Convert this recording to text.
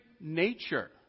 nature